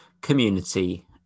Community